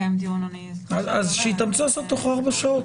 אז שיתאמצו לעשות תוך ארבע שעות.